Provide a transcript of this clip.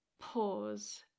pause